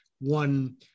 one